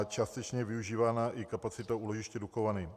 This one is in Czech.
Částečně je využívána i kapacita úložiště Dukovany.